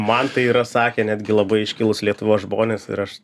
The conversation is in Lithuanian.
man tai yra sakę netgi labai iškilūs lietuvos žmonės ir aš